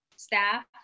staff